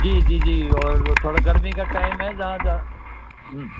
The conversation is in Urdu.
جی جی جی اور تھوڑا گرمی کا ٹائم ہے جہاں